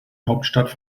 hauptstadt